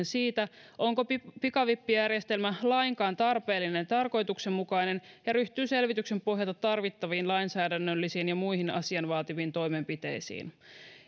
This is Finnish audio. siitä onko pikavippijärjestelmä lainkaan tarpeellinen ja tarkoituksenmukainen ja ryhtyy selvityksen pohjalta tarvittaviin lainsäädännöllisiin ja muihin asian vaativiin toimenpiteisiin